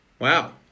Wow